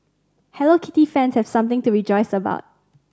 Hello Kitty fans have something to rejoice about